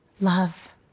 love